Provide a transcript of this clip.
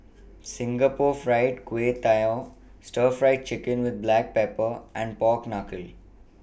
Singapore Fried Kway Tiao Stir Fried Chicken with Black Pepper and Pork Knuckle